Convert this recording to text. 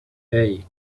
hey